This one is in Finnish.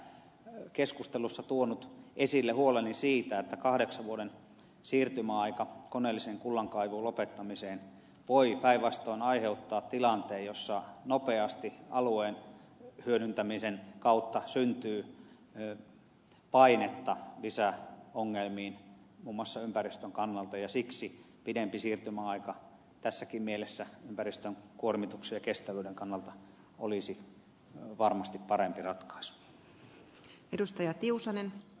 olen tässä keskustelussa tuonut esille huoleni siitä että kahdeksan vuoden siirtymäaika koneellisen kullankaivun lopettamiseen voi päinvastoin aiheuttaa tilanteen jossa nopeasti alueen hyödyntämisen kautta syntyy painetta lisäongelmiin muun muassa ympäristön kannalta ja siksi pidempi siirtymäaika tässäkin mielessä ympäristön kuormituksen ja kestävyyden kannalta olisi varmasti parempi ratkaisu